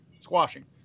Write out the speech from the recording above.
squashing